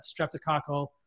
streptococcal